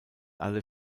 alle